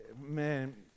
man